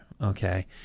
okay